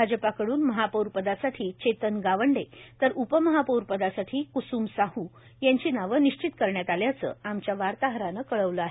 भाजपकडून महापौर पदासाठी चेतन गावंडे तर उपमहापौर पदासाठी कुसुम साहू यांची नावं निश्चित करण्यात आल्याचं आमच्या वार्ताहरानं कळवलं आहे